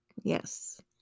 Yes